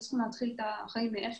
הם היו צריכים להתחיל את החיים מאפס.